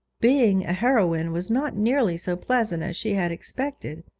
being a heroine was not nearly so pleasant as she had expected.